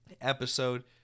episode